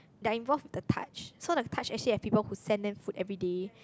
they are involved with the Touch so the Touch actually have people who send them food everyday